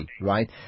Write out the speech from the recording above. right